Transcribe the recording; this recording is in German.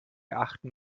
achten